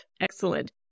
Excellent